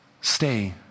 Stay